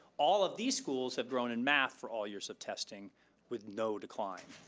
all of these schools have grown in math for all years of testing with no decline.